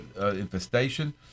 infestation